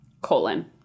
colon